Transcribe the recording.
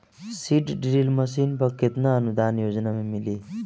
Seed drill machine पर केतना अनुदान योजना में मिली?